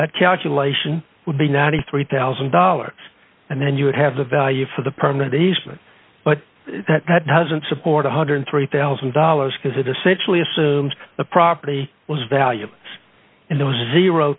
that calculation would be ninety three thousand dollars and then you would have the value for the permanent easement but that doesn't support one hundred and three thousand dollars because it essentially assumes the property was valuable and there was zero